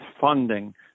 funding